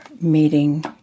meeting